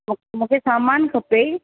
मुक मूंखे सामानु खपे